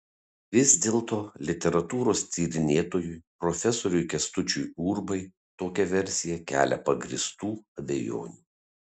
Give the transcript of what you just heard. vis dėlto literatūros tyrinėtojui profesoriui kęstučiui urbai tokia versija kelia pagrįstų abejonių